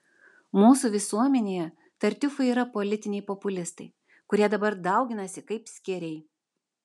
mūsų visuomenėje tartiufai yra politiniai populistai kurie dabar dauginasi kaip skėriai